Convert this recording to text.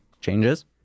changes